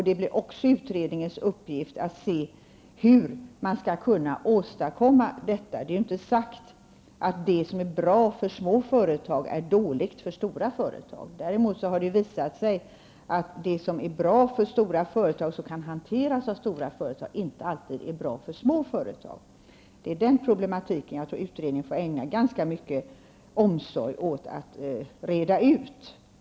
Det blir också utredningens uppgift att se hur man skall kunna åstadkomma detta. Det är inte sagt att det som är bra för små företag är dåligt för stora företag. Däremot har det visat sig att det som är bra för stora företag, det som kan hanteras av stora företag, inte alltid är bra för små företag. Utredningen får ägna ganska mycket omsorg åt att reda ut den problematiken.